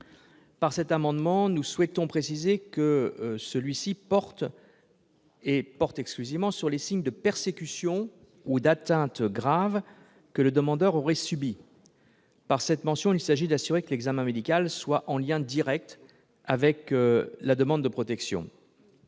Par cet amendement, nous souhaitons préciser que cet examen porte exclusivement sur les signes de persécutions ou d'atteintes graves que le demandeur aurait subies. Il s'agit d'assurer que l'examen médical ait un lien direct avec la demande de protection.